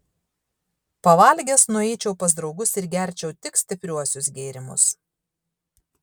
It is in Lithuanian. pavalgęs nueičiau pas draugus ir gerčiau tik stipriuosius gėrimus